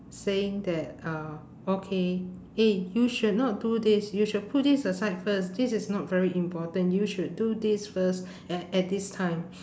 saying that uh okay eh you should not do this you should put this aside first this is not very important you should do this first at at this time